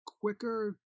quicker